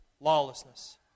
lawlessness